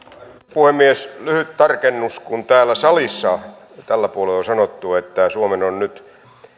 puhemies lyhyt tarkennus kun täällä salissa tällä puolella on sanottu että suomen on nyt